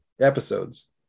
episodes